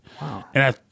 Wow